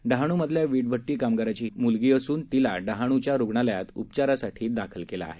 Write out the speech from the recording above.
डहाणू मधल्या वीटभट्टी कामगाराची ही मुलगी असून तिला डहाणूच्या रुग्णालयात उपचारासाठी दाखल करण्यात आलं आहे